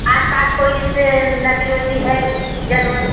आस पास कोई जैसे नदी वदी है जल वल